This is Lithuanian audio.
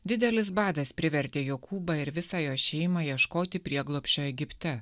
didelis badas privertė jokūbą ir visą jo šeimą ieškoti prieglobsčio egipte